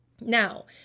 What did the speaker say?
Now